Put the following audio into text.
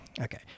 Okay